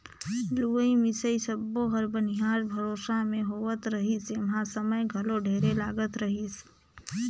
लुवई मिंसई सब्बो हर बनिहार भरोसा मे होवत रिहिस जेम्हा समय घलो ढेरे लागत रहीस